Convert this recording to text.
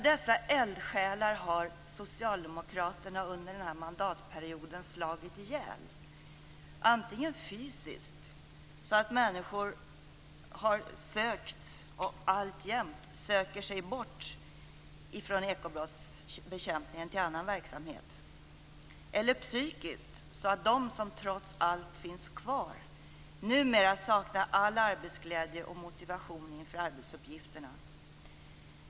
Dessa eldsjälar har socialdemokraterna under denna mandatperiod slagit ihjäl antingen fysiskt - människor har sökt och söker sig alltjämt bort från ekobrottsbekämpningen till annan verksamhet - eller psykiskt, eftersom de som trots allt finns kvar numera saknar all arbetsglädje och motivation inför arbetsuppgifterna.